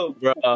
bro